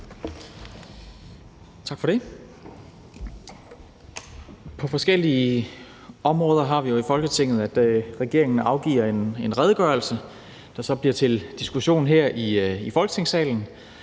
Tak for det. På forskellige områder har vi jo i Folketinget det sådan, at regeringen afgiver en redegørelse, der så sættes til diskussion her i Folketingssalen,